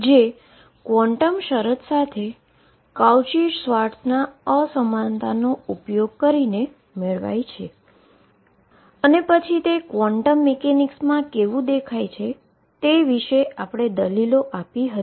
જે quantum condition સાથે Cauchy Schwarz અનીક્વાલીટીનો ઉપયોગ કરીને મેળવી શકાય છે અને પછી ક્વોન્ટમ મિકેનિક્સમાં તે કેવું દેખાય છે તે વિશે દલીલો આપી હતી